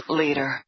leader